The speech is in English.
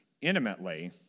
intimately